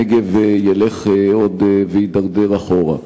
הנגב עוד ילך ויידרדר אחורה.